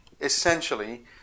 essentially